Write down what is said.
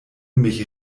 mich